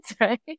Right